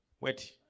Wait